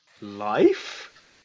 life